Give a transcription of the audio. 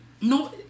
No